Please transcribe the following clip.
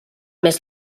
més